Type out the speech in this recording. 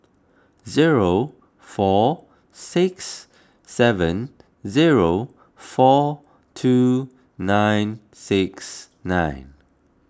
zero four six seven zero four two nine six nine